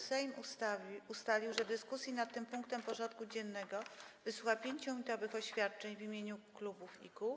Sejm ustalił, że w dyskusji nad tym punktem porządku dziennego wysłucha 5-minutowych oświadczeń w imieniu klubów i kół.